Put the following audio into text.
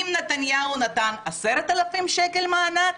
אם נתניהו נתן 10,000 שקל מענק